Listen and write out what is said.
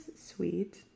sweet